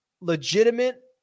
legitimate